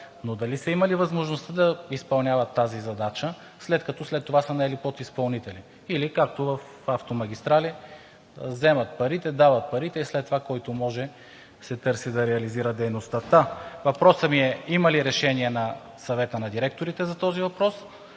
но дали са имали възможността да изпълняват тази задача, след като след това са наели подизпълнители, или както в „Автомагистрали“ – вземат парите, дават парите и след това който може, се търси да реализира дейността. Та въпросът ми е: има ли решение на Съвета на директорите за този въпрос